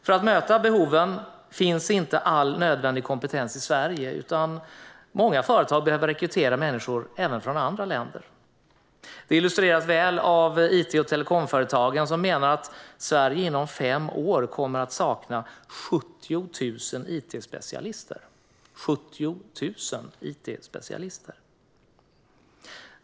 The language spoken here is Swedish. För att möta behoven finns inte all nödvändig kompetens i Sverige, utan många företag behöver rekrytera människor även från andra länder. Det illustreras väl av it och telekomföretagen, som menar att Sverige inom fem år kommer att sakna 70 000 it-specialister.